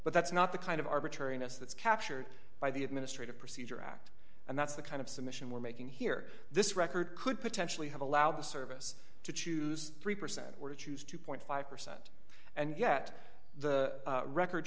but that's not the kind of arbitrariness that's captured by the administrative procedure act and that's the kind of submission we're making here this record could potentially have allowed the service to choose three percent or to choose two five percent and yet the record